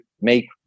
make